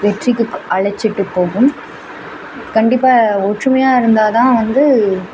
வெற்றிக்கு அழைச்சிட்டு போகும் கண்டிப்பாக ஒற்றுமையாக இருந்தால் தான் வந்து